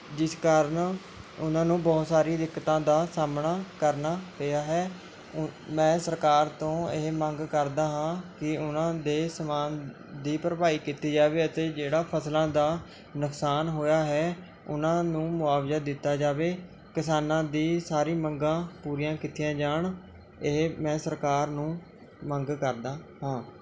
ਜਿਸ ਕਾਰਨ ਉਹਨਾਂ ਨੂੰ ਬਹੁਤ ਸਾਰੀ ਦਿੱਕਤਾਂ ਦਾ ਸਾਹਮਣਾ ਕਰਨਾ ਪਿਆ ਹੈ ਉ ਮੈਂ ਸਰਕਾਰ ਤੋਂ ਇਹ ਮੰਗ ਕਰਦਾ ਹਾਂ ਕੀ ਉਹਨਾਂ ਦੇ ਸਮਾਨ ਦੀ ਭਰਭਾਈ ਕੀਤੀ ਜਾਵੇ ਅਤੇ ਜਿਹੜਾ ਫਸਲਾਂ ਦਾ ਨੁਕਸਾਨ ਹੋਇਆ ਹੈ ਉਹਨਾਂ ਨੂੰ ਮੁਆਵਜ਼ਾ ਦਿੱਤਾ ਜਾਵੇ ਕਿਸਾਨਾਂ ਦੀ ਸਾਰੀ ਮੰਗਾਂ ਪੂਰੀਆਂ ਕੀਤੀਆਂ ਜਾਣ ਇਹ ਮੈਂ ਸਰਕਾਰ ਨੂੰ ਮੰਗ ਕਰਦਾ ਹਾਂ